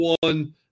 one